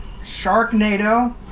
Sharknado